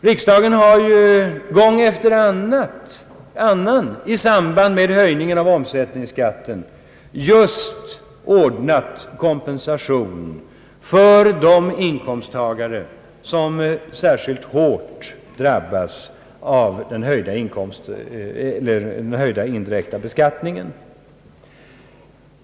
Riksdagen har ju gång efter annan i samband med höjningen av omsättningsskatten just ordnat kompensation för de inkomsttagare som särskilt hårt drabbas av den höjda indirekta beskattningen.